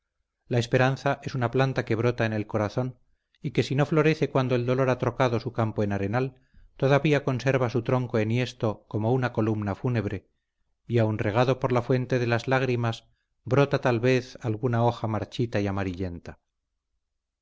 la esperanza es una planta que brota en el corazón y que si no florece cuando el dolor ha trocado su campo en arenal todavía conserva su tronco enhiesto como una columna fúnebre y aun regado por la fuente de las lágrimas brota tal vez alguna hoja marchita y amarillenta